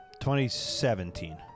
2017